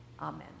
amen